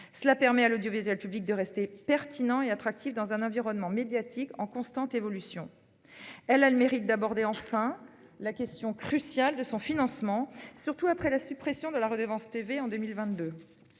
Elle permet à l'audiovisuel public de rester pertinent et attractif dans un environnement médiatique en constante évolution. Enfin, elle a le mérite d'aborder la question cruciale du financement, surtout après la suppression de la redevance